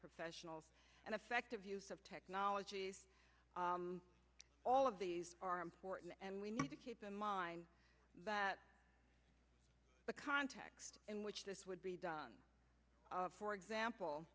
professionals and effective use of technology all of these are important and we need to keep in mind that the context in which this would be done for example